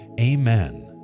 Amen